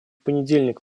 понедельник